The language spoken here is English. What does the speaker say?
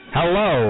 Hello